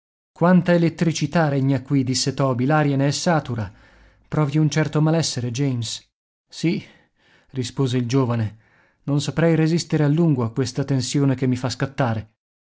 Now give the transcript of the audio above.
quanta elettricità regna qui disse toby l'aria ne è satura provi un certo malessere james sì rispose il giovane non saprei resistere a lungo a questa tensione che mi fa scattare